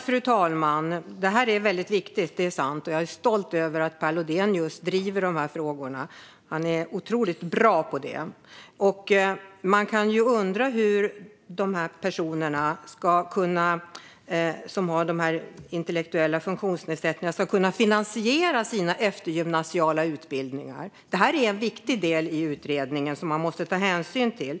Fru talman! Detta är väldigt viktigt - det är sant - och jag är stolt över att Per Lodenius driver frågorna. Han är otroligt bra på det. Man kan undra hur de personer som har de här intellektuella funktionsnedsättningarna ska kunna finansiera sina eftergymnasiala utbildningar. Det är en viktig del i utredningen som vi måste ta hänsyn till.